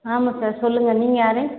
ஆமாம் சார் சொல்லுங்கள் நீங்கள் யார்